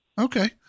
Okay